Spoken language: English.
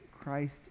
Christ